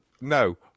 No